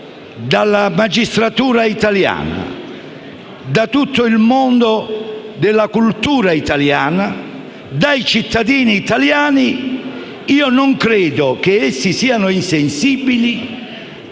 dalla magistratura italiana, da tutto il mondo della cultura italiana e dai cittadini italiani. Non credo che essi siano insensibili